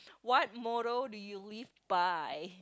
what motto do you live by